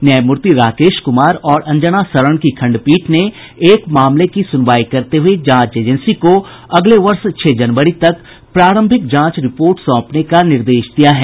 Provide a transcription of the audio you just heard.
न्यायमूर्ति राकेश कुमार और अंजना शरण की खंडपीठ ने एक मामले की सुनवाई करते हुये जांच एजेंसी को अगले वर्ष छह जनवरी तक प्रारंभिक जांच रिपोर्ट सौंपने का निर्देश दिया है